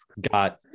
got